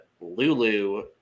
Lulu